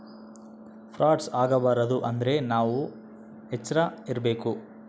frauds ಆಗಬಾರದು ಅಂದ್ರೆ ನಾವ್ ಎಚ್ರ ಇರ್ಬೇಕು